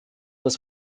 das